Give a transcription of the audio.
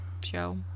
Show